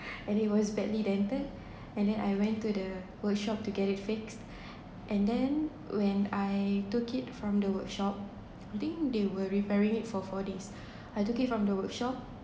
and it was badly dented and then I went to the workshop to get it fixed and then when I took it from the workshop I think they were repairing it for four days I took it from the workshop